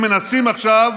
הם מנסים עכשיו,